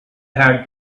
had